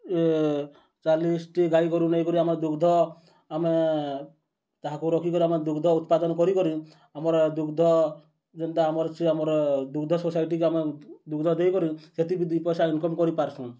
ଏ ଚାଲିଶ୍ଟି ଗାଈଗୋରୁ ନେଇକରି ଆମର୍ ଦୁଗ୍ଧ ଆମେ ତାହାକୁଁ ରଖିକରି ଆମେ ଦୁଗ୍ଧ ଉତ୍ପାଦନ୍ କରିକିରି ଆମର୍ ଦୁଗ୍ଧ ଯେନ୍ତା ଆମର୍ ସେ ଆମର୍ ଦୁଗ୍ଧ ସୋସାଇଟିକୁ ଆମେ ଦୁଗ୍ଧ ଦେଇକରି ସେଥିପାଇଁ ଦୁଇ ପଏସା ଇନକମ୍ କରିପାର୍ସୁଁ